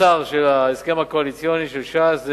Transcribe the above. תוצר של ההסכם הקואליציוני של ש"ס,